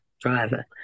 driver